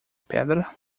pedra